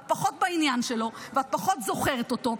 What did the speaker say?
את פחות בעניין שלו ואת פחות זוכרת אותו,